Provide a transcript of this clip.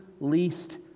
least